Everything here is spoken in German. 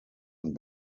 und